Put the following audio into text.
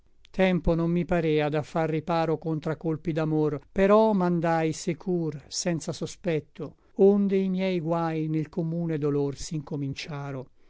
tempo non mi parea da far riparo contra colpi d'amor però m'andai secur senza sospetto onde i miei guai nel commune dolor s'incominciaro